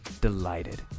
delighted